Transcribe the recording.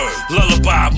Lullaby